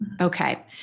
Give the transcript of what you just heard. Okay